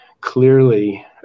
clearly